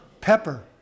Pepper